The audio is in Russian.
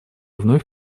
вновь